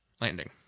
landing